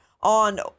on